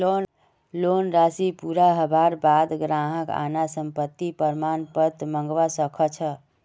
loan राशि पूरा हबार बा द ग्राहक अनापत्ति प्रमाण पत्र मंगवा स ख छ